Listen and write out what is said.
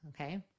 okay